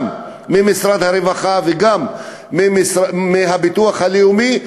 גם ממשרד הרווחה וגם מהביטוח הלאומי,